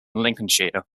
lincolnshire